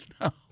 No